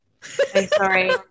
Sorry